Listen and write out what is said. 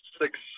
six